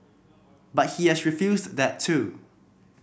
but he has refused that too